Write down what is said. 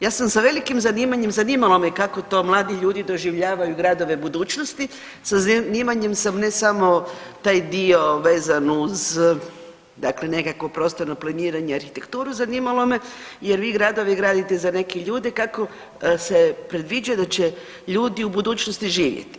Ja sam sa velikim zanimanjem, zanimalo me kako to mladi ljudi doživljavaju gradove budućnosti, sa zanimanjem sam ne samo taj dio vezan uz nekakvo prostorno planiranje i arhitekturu, zanimalo me jer vi gradove gradite za neke ljude kako se predviđaju da će ljudi u budućnosti živjeti.